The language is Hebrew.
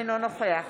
אינו נוכח